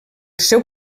seu